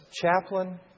Chaplain